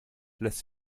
lässt